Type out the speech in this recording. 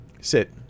sit